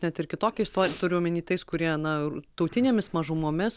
net ir kitokiais tuo turiu omeny tais kurie na tautinėmis mažumomis